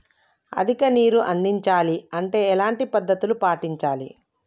అధిక నీరు అందించాలి అంటే ఎలాంటి పద్ధతులు పాటించాలి?